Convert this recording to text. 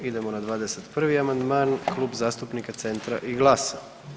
Idemo na 21. amandman Klub zastupnika Centra i GLAS-a.